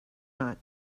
not